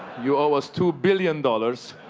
you owe us two billion dollars.